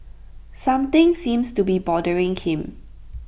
something seems to be bothering him